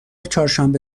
چهارشنبه